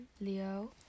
leo